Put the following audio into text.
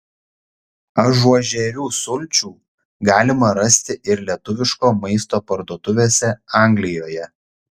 ažuožerių sulčių galima rasti ir lietuviško maisto parduotuvėse anglijoje